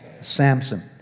Samson